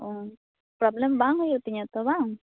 ᱚᱸ ᱯᱨᱚᱵᱞᱮᱢ ᱵᱟᱝ ᱦᱩᱭᱩᱜ ᱛᱤᱧᱟᱹ ᱛᱚ ᱵᱟᱝ